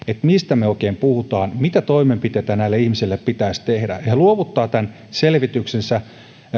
mistä me oikein puhumme mitä toimenpiteitä näille ihmisille pitäisi tehdä he luovuttavat tämän selvityksensä